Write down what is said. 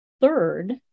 Third